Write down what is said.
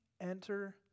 enter